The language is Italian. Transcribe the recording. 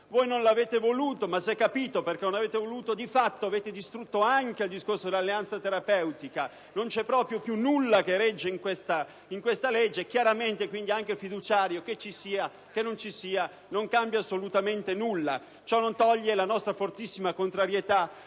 Voi non l'avete voluto, ma si è capito perché, di fatto, avete distrutto anche il discorso dell'alleanza terapeutica: non c'è proprio più nulla che regge in questa legge, quindi chiaramente che il fiduciario ci sia o meno non cambia assolutamente nulla. Ciò non toglie la nostra fortissima contrarietà